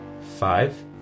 Five